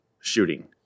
shooting